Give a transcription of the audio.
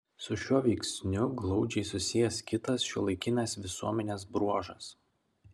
su šiuo veiksniu glaudžiai susijęs kitas šiuolaikinės visuomenės bruožas